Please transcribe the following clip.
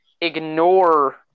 ignore